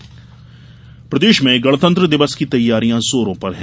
गणतंत्र तैयारी प्रदेश में गणतंत्र दिवस की तैयारियां जोरों पर हैं